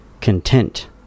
Content